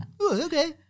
okay